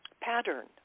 pattern